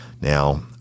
Now